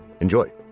Enjoy